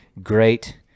Great